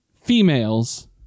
females